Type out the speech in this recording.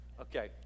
okay